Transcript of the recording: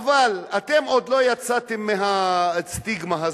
חבל, אתם עוד לא יצאתם מהסטיגמה הזאת.